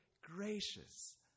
gracious